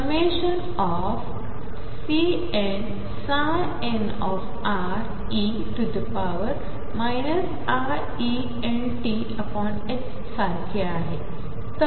आणिमगहेnrtहोणारआहेकिंवाजेnCnnre iEntसारखेआहे